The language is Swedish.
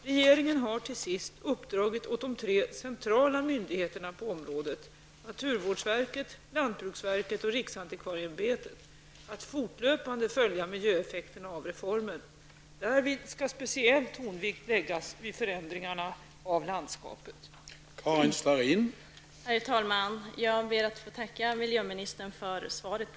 Regeringen har till sist uppdragit åt de tre centrala myndigheterna på området, naturvårdsverket, lantbruksverket och riksantikvarieämbetet, att fortlöpande följa miljöeffekterna av reformen. Därvid skall speciell tonvikt läggas vid förändringarna av landskapet.